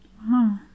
Wow